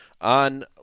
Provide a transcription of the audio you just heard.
on